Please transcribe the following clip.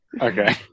Okay